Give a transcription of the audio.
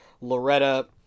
loretta